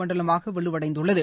மண்டலமாக வலுவடைந்துள்ளது